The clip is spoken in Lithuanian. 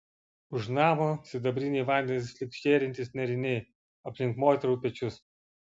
už namo sidabriniai vandenys lyg žėrintys nėriniai aplink moterų pečius